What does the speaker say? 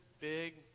big